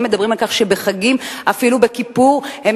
הם מדברים על כך שבחגים, אפילו בכיפור, הם